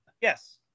Yes